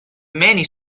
many